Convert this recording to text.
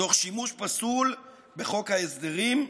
תוך שימוש פסול בחוק ההסדרים,